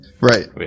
right